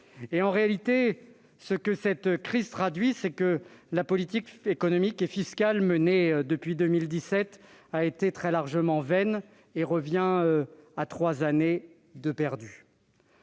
En réalité, cette crise révèle que la politique économique et fiscale menée depuis 2017 a été très largement vaine. Ce sont trois années de perdues